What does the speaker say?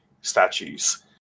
statues